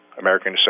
American